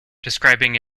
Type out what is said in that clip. describing